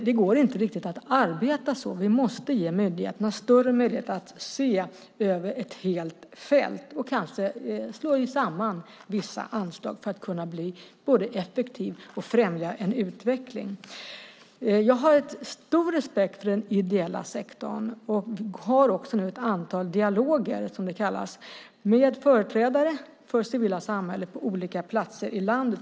Det går inte riktigt att arbeta så, utan vi måste ge myndigheterna större möjligheter att se över ett helt fält och kanske slå samman vissa anslag för att bli både effektiva och främja en utveckling. Jag har stor respekt för den ideella sektorn och har nu också ett antal dialoger, som det kallas, med företrädare för det civila samhället på olika platser i landet.